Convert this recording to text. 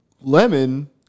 Lemon